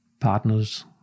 partners